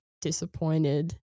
disappointed